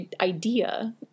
idea